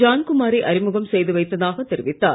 ஜான்குமாரை அறிமுகம் செய்து வைத்ததாக தெரிவித்தார்